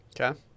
Okay